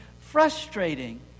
frustrating